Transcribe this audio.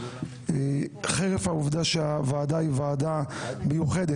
חרף העובדה שהוועדה היא ועדה מיוחדת.